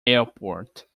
airport